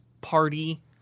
party